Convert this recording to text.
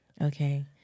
Okay